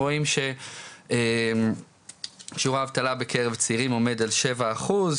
רואים ששיעור האבטלה בקרב צעירים עומד על שבעה אחוז,